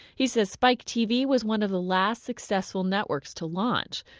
he says spike tv was one of the last successful networks to launch.